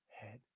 head